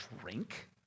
drink